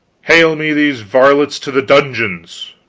hale me these varlets to the dungeons.